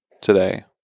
today